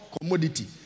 commodity